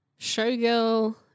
showgirl